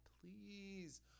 please